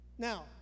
Now